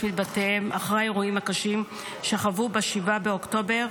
מבתיהם אחרי האירועים הקשים שחוו ב-7 באוקטובר,